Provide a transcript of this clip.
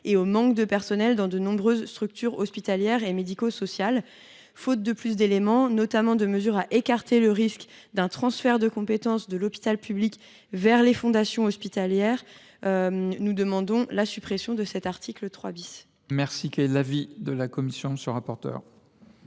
et par le manque de personnel dans de nombreuses structures hospitalières et médico sociales. Faute d’éléments suffisants, notamment de mesures permettant d’écarter le risque d’un transfert de compétences de l’hôpital public vers les fondations hospitalières, nous demandons la suppression de cet article. Quel est l’avis de la commission ? La suppression